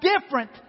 different